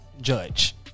judge